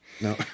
No